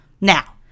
Now